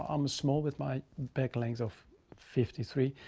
um small with my back length of fifty three.